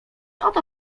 oto